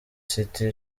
city